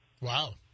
Wow